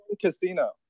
casino